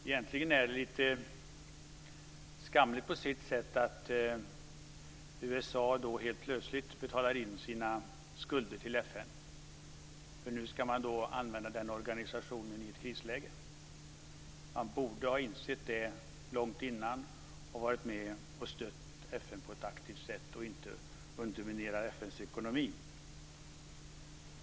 Egentligen är det lite skamligt på sitt sätt att USA då helt plötsligt betalar in sina skulder till FN, för nu ska man då använda den organisationen i ett krisläge. Man borde ha insett det långt tidigare och varit med och stött FN på ett aktivt sätt och inte underminerat FN:s ekonomi.